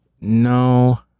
No